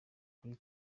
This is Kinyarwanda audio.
kuri